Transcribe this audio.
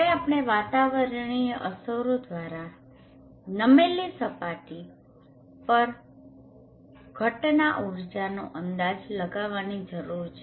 હવે આપણે વાતાવરણીય અસરો દ્વારા નમેલી સપાટી પર ઘટના ઊર્જાનો અંદાજ લગાવવાની જરૂર છે